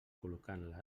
col·locant